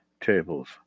tables